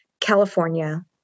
California